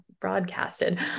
broadcasted